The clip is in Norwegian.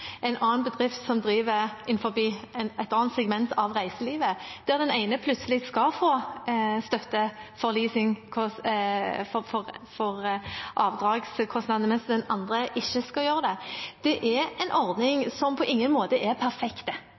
et annet segment av reiselivet, og den ene plutselig skal få støtte for avdragskostnadene, mens den andre ikke skal få det. Kompensasjonsordningen er en ordning som på ingen måte er